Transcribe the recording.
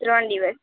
ત્રણ દિવસ